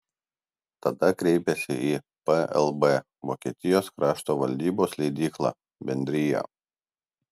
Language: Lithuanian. tada kreipėsi į plb vokietijos krašto valdybos leidyklą bendrija